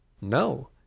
No